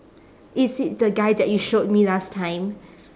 is it the guy that you showed me last time